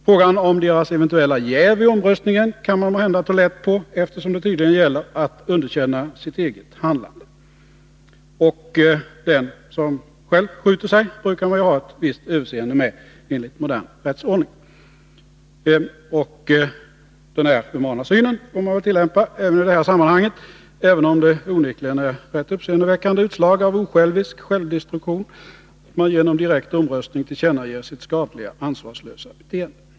Frågan om deras eventuella jäv vid omröstningen kan man måhända ta lätt på, eftersom det tydligen gäller för dem att underkänna sitt eget handlande, och den som själv skjuter sig brukar man ju ha ett visst överseende med enligt modern rättsordning. Denna humana syn får man väl tillämpa också i det här sammanhanget, även om det onekligen är ett rätt uppseendeväckande utslag av osjälvisk självdestruktion, att man genom direkt omröstning tillkännager sitt skadliga och ansvarslösa beteende.